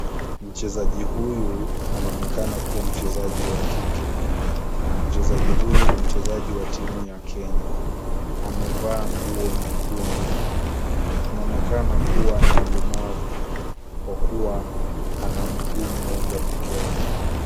Mchezaji huyu anaonekana kuwa mchezaji wa kike. Mchezaji huyu ni mchezaji wa timu ya Kenya. Amevaa nguo nyekundu. Anaonekana kuwa ni mlemavu, kwa kuwa ana mguu mmoja peke yake.